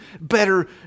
better